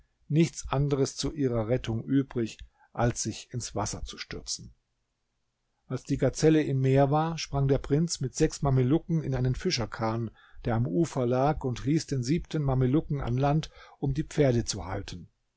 nichts anderes zu ihrer rettung übrig als sich ins wasser zu stürzen als die gazelle im meer war sprang der prinz mit sechs mamelucken in einen fischerkahn der am ufer lag und ließ den siebten mamelucken an land um die pferde zu halten